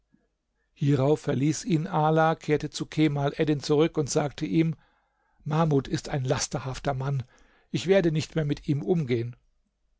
hierauf verließ ihn ala kehrte zu kemal eddin zurück und sagte ihm mahmud ist ein lasterhafter mann ich werde nicht mehr mit ihm umgehen